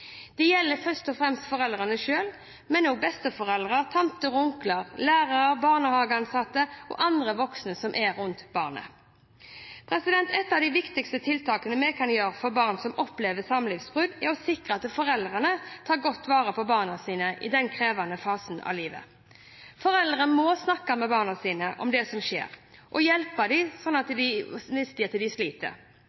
Det gjelder først og fremst foreldrene selv, men også besteforeldre, tanter og onkler, lærere, barnehageansatte og andre voksne som er rundt barnet. Et av de viktigste tiltakene vi kan gjøre for barn som opplever samlivsbrudd, er å sikre at foreldrene tar godt vare på barna sine i denne krevende fasen av livet. Foreldrene må snakke med barna sine om det som skjer, og hjelpe dem hvis de sliter. De